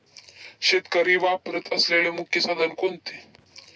शेतकरी वापरत असलेले मुख्य साधन कोणते?